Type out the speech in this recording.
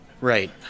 Right